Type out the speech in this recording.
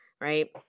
right